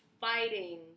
fighting